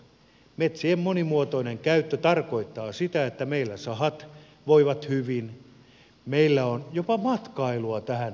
metsien monimuotoinen käyttö tarkoittaa sitä että meillä sahat voivat hyvin meillä on jopa matkailua tähän samaan asiaan liittyen